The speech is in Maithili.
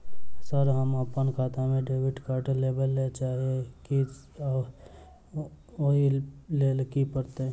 सर हम अप्पन खाता मे डेबिट कार्ड लेबलेल चाहे छी ओई लेल की परतै?